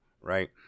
Right